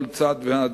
כל צד והעדפותיו.